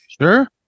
sure